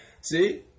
See